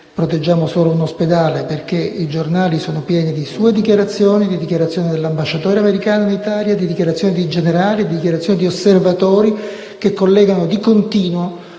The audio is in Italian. proteggiamo solo un ospedale, perché i giornali sono pieni di sue dichiarazioni e di dichiarazioni dell'ambasciatore americano in Italia, di generali e di osservatori che collegano di continuo